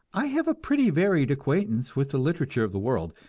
i have a pretty varied acquaintance with the literature of the world,